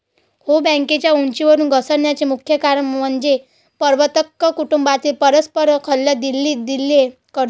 हो, बँकेच्या उंचीवरून घसरण्याचे मुख्य कारण म्हणजे प्रवर्तक कुटुंबातील परस्पर कलह, दिलेली कर्जे